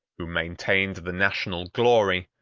who maintained the national glory,